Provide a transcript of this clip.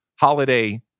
holiday